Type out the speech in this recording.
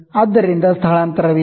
ಆದ್ದರಿಂದ ಅಲ್ಲಿ ಡಿಸ್ಪ್ಲೇಸ್ಮೆಂಟ್ಇದೆ